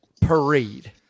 parade